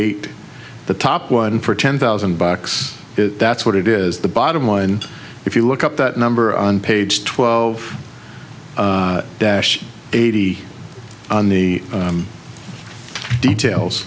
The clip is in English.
eight the top one for ten thousand bucks that's what it is the bottom line if you look up that number on page twelve dash eighty on the details